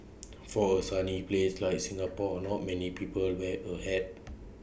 for A sunny place like Singapore not many people wear A hat